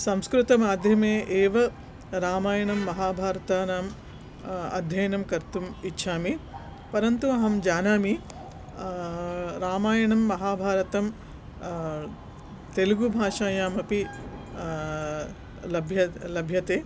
संस्कृतमाध्यमे एव रामायणं महाभारतानाम् अध्ययनं कर्तुम् इच्छामि परन्तु अहं जानामि रामायणं महाभारतं तेलुगुभाषायाम् अपि लभ्यं लभ्यते